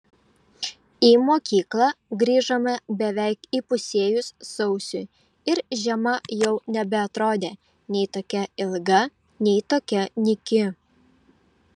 į mokyklą grįžome beveik įpusėjus sausiui ir žiema jau nebeatrodė nei tokia ilga nei tokia nyki